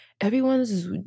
everyone's